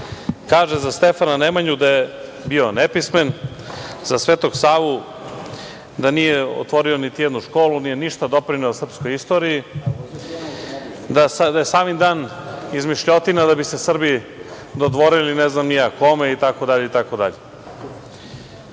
kaže za Stefana Nemanju da je bio nepismen, za Svetog Savu da nije otvorio niti jednu školu, nije ništa doprineo srpskoj istoriji, da je Savindan izmišljotina da bi se Srbi dodvorili, ne znam ni ja kome